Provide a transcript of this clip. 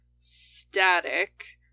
static